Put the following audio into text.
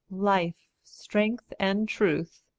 life, strength, and truth,